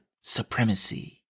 Supremacy